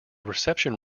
reception